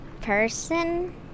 person